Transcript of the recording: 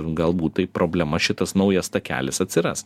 galbūt tai problema šitas naujas takelis atsiras